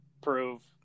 prove